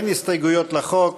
אין הסתייגויות לחוק,